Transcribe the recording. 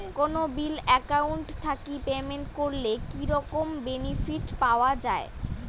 কোনো bill account থাকি payment করলে কি রকম বেনিফিট পাওয়া য়ায়?